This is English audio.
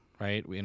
right